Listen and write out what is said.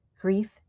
Grief